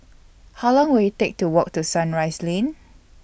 How Long Will IT Take to Walk to Sunrise Lane